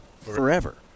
forever